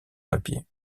papier